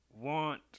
want